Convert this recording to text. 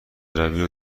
روی